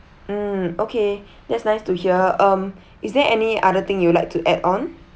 mm okay that's nice to hear um is there any other thing you would like to add on